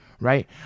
Right